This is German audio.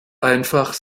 einfach